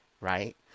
Right